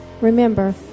Remember